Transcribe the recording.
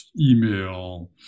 email